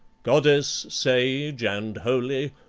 goddess, sage and holy,